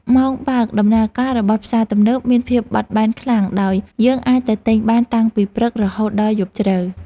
ម៉ោងបើកដំណើរការរបស់ផ្សារទំនើបមានភាពបត់បែនខ្លាំងដោយយើងអាចទៅទិញបានតាំងពីព្រឹករហូតដល់យប់ជ្រៅ។